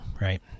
right